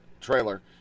trailer